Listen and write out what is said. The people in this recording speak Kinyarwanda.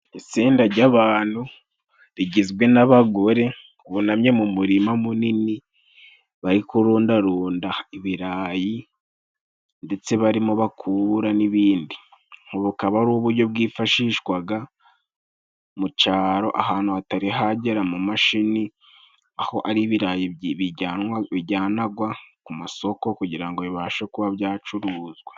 Itsinda jy'abantu rigizwe n'abagore bunamye mu murima munini bari kurunda runda ibirayi, ndetse barimo bakura n'ibindi. Ubu bukaba ari ubujyo bwifashishwaga mu caro ahantu hatari hagera amamashini, aho ari ibirayi bijyanagwa mu masoko kugira ngo bibashe kuba byacuruzwa.